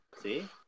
See